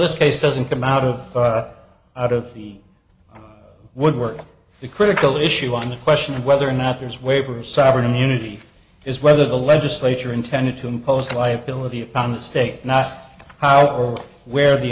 this case doesn't come out of out of the woodwork the critical issue on the question of whether or not there's waiver of sovereign immunity is whether the legislature intended to impose liability upon the state not how or where the